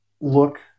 look